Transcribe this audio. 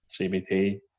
cbt